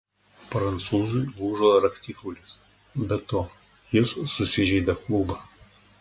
prancūzui lūžo raktikaulis be to jis susižeidė klubą